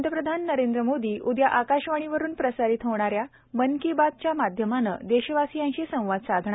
पंतप्रधान नरेंद्र मोदी उदया आकाशवाणीवरून प्रसारीत होणाऱ्या मन की बात च्या माध्यमं देशवासीयांशी संवाद साधणार